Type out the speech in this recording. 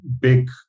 big